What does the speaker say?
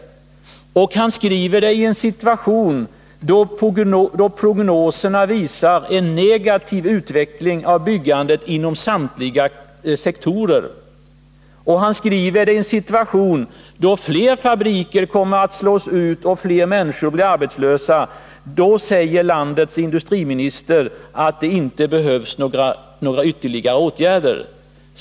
Han skriver det i en situation då prognoserna visar negativ utveckling av byggandet inom samtliga sektorer. Han skriver det i en situation då fler fabriker kommer att slås ut och fler människor bli arbetslösa. Det är då landets industriminister säger att det inte behövs några ytterligare åtgärder.